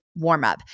warmup